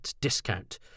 discount